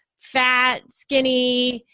fat skinny,